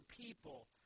people